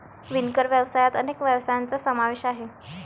वनीकरण व्यवसायात अनेक व्यवसायांचा समावेश आहे